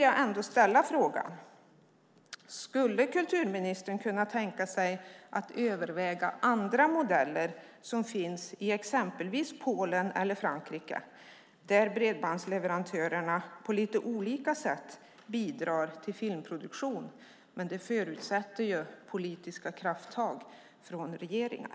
Jag vill ställa frågan: Skulle kulturministern kunna tänka sig att överväga andra modeller - sådana som finns i exempelvis Polen eller Frankrike där bredbandsleverantörerna på lite olika sätt bidrar till filmproduktion? Men det förutsätter politiska krafttag från regeringar.